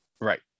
Right